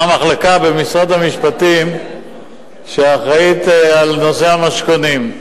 למחלקה במשרד המשפטים שאחראית לנושא המשכונים.